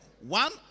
One